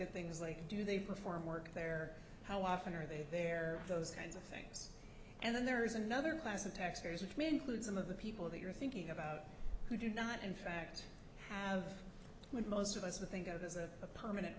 at things like do they perform work there how often are they there those kinds of things and then there is another class of taxpayers which mean clude some of the people that you're thinking about who do not in fact have most of us to think of as a permanent